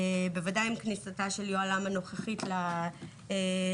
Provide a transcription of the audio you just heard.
בוודאי עם כניסתה של יוהל"ם הנוכחית לתפקיד.